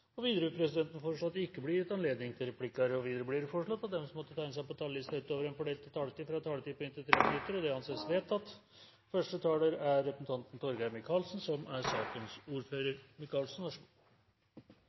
regjeringen. Videre vil presidenten foreslå at det ikke blir gitt anledning til replikker. Videre blir det foreslått at de som måtte tegne seg på talerlisten utover den fordelte taletid, får en taletid på inntil 3 minutter. – Det anses vedtatt. Statsregnskapet er